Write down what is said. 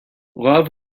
love